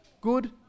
good